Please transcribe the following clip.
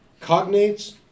cognates